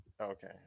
Okay